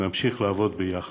נמשיך לעבוד ביחד.